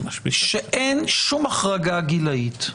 שאין שום החרגה גילית.